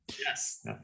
Yes